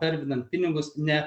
pervedant pinigus ne